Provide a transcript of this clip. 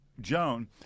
Joan